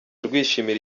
rwishimira